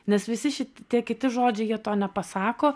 nes visi šit tie kiti žodžiai jie to nepasako